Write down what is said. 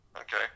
Okay